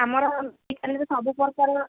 ଆମର ସବୁ ପ୍ରକାର